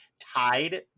tied